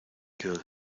killed